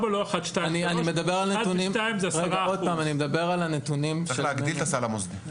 4 לא 3,2,1. 1 ו-2 זה 10%. צריך להגדיל את הסל המוסדי,